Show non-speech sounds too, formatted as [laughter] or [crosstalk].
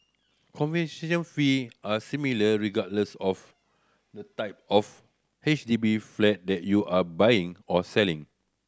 [unintelligible] fee are similar regardless of the type of H D B flat that you are buying or selling